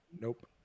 Nope